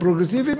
הפרוגרסיבי,